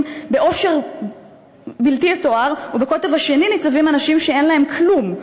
בעושר בלתי יתואר ובקוטב השני ניצבים אנשים שאין להם כלום,